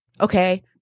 okay